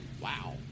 wow